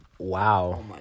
Wow